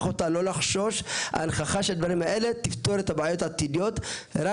מעניין אותי לשמוע גם מה תהיה העמדה המשפטית פה של